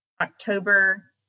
October